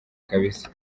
kabisa